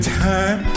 time